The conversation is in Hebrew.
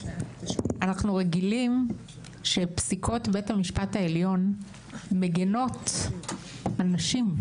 אנחנו רגילים שפסיקות בית המשפט העליון מגינות על נשים,